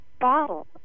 bottle